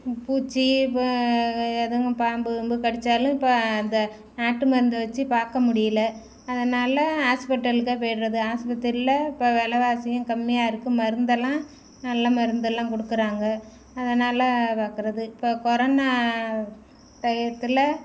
பூச்சி இப்போ எதுவும் பாம்பு கீம்பு கடித்தாலும் இப்போ அந்த நாட்டு மருந்த வச்சி பார்க்க முடியல அதனால் ஹாஸ்பிட்டலுக்கே போயிடுறது ஹாஸ்பத்திரியில் இப்போ வெலைவாசியும் கம்மியாக இருக்குது மருந்தெல்லாம் நல்ல மருந்தெல்லாம் கொடுக்கறாங்க அதனால் பார்க்கறது இப்போ கொரோனா டையத்தில்